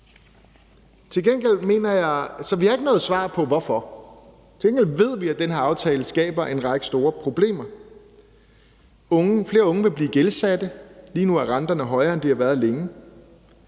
skal der skæres ned. Så vi har ikke fået noget svar på, hvorfor man gør det. Til gengæld ved vi, at den her aftale skaber en række store problemer. Flere unge vil blive gældsat. Lige nu er renterne højere, end de har været længe.